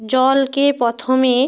জলকে প্রথমে